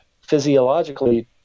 physiologically